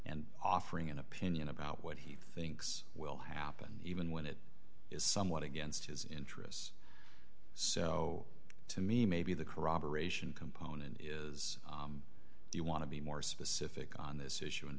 and offering an opinion about what he thinks will happen even when it is somewhat against his interests so to me maybe the corroboration component is do you want to be more specific on this issue and